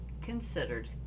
considered